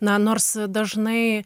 na nors dažnai